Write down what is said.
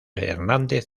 hernández